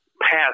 past